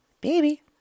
Baby